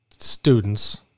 students